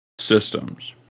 systems